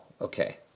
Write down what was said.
Okay